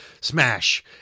Smash